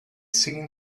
seen